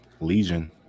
Legion